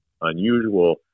unusual